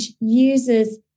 uses